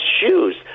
shoes